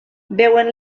veuen